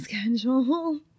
schedule